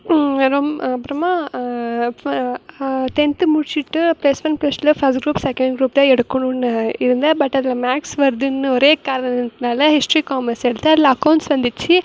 ரொம் அப்புறமா ஃப டென்த்து முடிச்சுட்டு ப்ளஸ் ஒன் ப்ளஷ் டூவில் ஃபஸ்ட் க்ரூப் செகேண்ட் க்ரூப் தான் எடுக்கணுன்னு இருந்தேன் பட் அதில் மேக்ஸ் வருதுன்னு ஒரே காரணத்துனால் ஹிஸ்ட்ரி காமர்ஸ் எடுத்தேன் அதில் அக்கௌண்ட்ஸ் வந்துடுச்சு